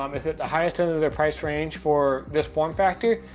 um it's at the highest end of their price range for this form factor,